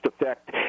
effect